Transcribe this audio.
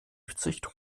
züchtung